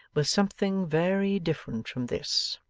was something very different from this.